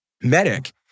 medic